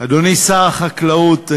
אדוני שר החקלאות,